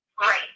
Right